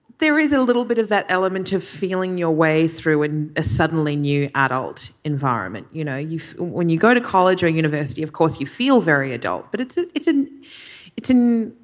there is a little bit of that element of feeling your way through when a suddenly new adult environment you know you when you go to college or university of course you feel very adult but it's ah it's a it's an